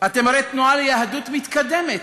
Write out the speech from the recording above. אתם הרי תנועה ליהדות מתקדמת,